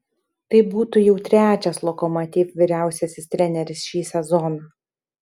tai būtų jau trečias lokomotiv vyriausiasis treneris šį sezoną